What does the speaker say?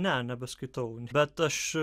ne nebeskaitau bet aš